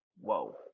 whoa